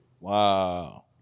Wow